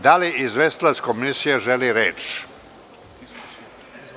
Da li izvestilac Komisije želi reč?